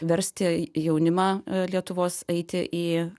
versti jaunimą lietuvos eiti į